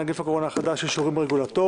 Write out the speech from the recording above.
נגיף הקורונה החדש) (אישור רגולטוריים)